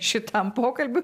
šitam pokalbiui